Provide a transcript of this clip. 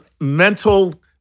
mental